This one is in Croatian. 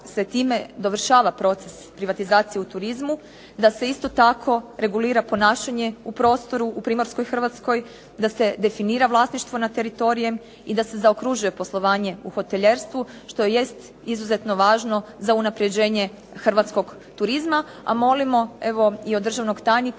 da se time dovršava proces privatizacije u turizmu, da se isto tako regulira ponašanje u prostoru u Primorskoj Hrvatskoj, da se definira vlasništvo nad teritorijem i da se zaokružuje poslovanje u hotelijerstvu što jest izuzetno važno za unapređenje hrvatskog turizma. A molimo evo i od državnog tajnika